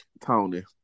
Tony